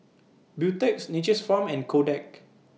Beautex Nature's Farm and Kodak